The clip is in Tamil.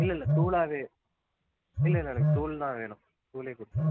இல்லைல்ல தூளாவே இல்லை இல்லை எனக்கு தூள் தான் வேணும் தூளே கொடுங்க